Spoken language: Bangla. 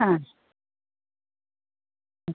হ্যাঁ